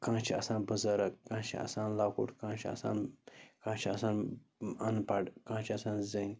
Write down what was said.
کانٛہہ چھِ آسان بٕزرگ کانٛہہ چھِ آسان لۄکُٹ کانٛہہ چھِ آسان کانٛہہ چھِ آسان اَن پَڑھ کانٛہہ چھِ آسان زٔنۍ